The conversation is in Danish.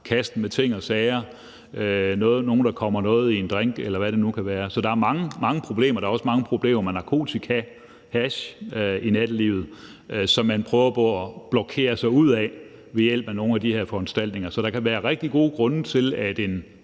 kasten med ting og sager, nogle, der kommer noget i en drink, eller hvad det nu kan være. Så der er mange problemer. Der er også mange problemer med narkotika og hash i nattelivet, som man prøver på at blokere sig ud af ved hjælp af nogle af de her foranstaltninger. Så der kan være rigtig gode grunde til, at en